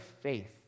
faith